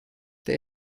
der